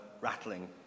rattling